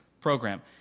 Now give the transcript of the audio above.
program